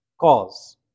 cause